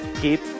Keep